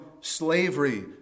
slavery